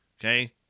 Okay